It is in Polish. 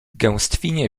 gęstwinie